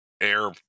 air